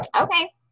Okay